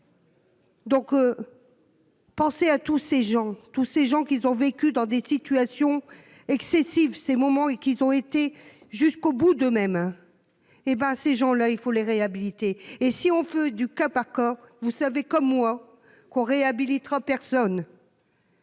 Donc. Pensez à tous ces gens, tous ces gens qui ont vécu dans des situations excessives ces moments et qu'ils ont été jusqu'au bout, d'eux-mêmes. Hé ben ces gens-là il faut les réhabiliter et si on veut du cas par cas. Vous savez comme moi qu'on réhabilite 3 personnes.